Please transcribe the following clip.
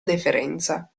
deferenza